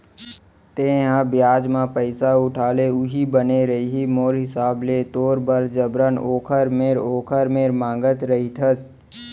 तेंहा बियाज म पइसा उठा ले उहीं बने रइही मोर हिसाब ले तोर बर जबरन ओखर मेर ओखर मेर मांगत रहिथस